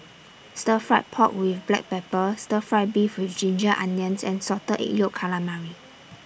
Stir Fry Pork with Black Pepper Stir Fry Beef with Ginger Onions and Salted Egg Yolk Calamari